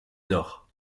nord